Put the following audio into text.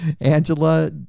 Angela